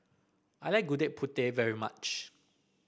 I like Gudeg Putih very much